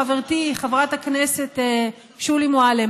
חברתי חברת הכנסת שולי מועלם,